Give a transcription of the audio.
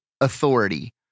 authority